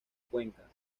cuenca